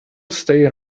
stay